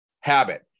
habit